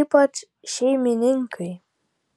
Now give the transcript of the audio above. ypač šeimininkai